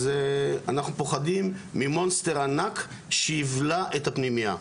אז אנחנו פוחדים ממפלצת ענקית שתבלע את הפנימייה.